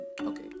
Okay